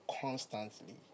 constantly